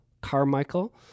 Carmichael